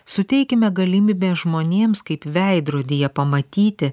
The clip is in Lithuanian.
suteikime galimybę žmonėms kaip veidrodyje pamatyti